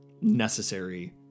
necessary